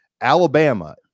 Alabama